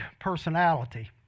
personality